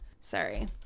Sorry